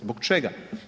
Zbog čega?